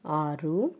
ಆರು